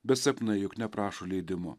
bet sapnai juk neprašo leidimo